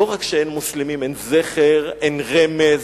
לא רק שאין מוסלמים, אין זכר, אין רמז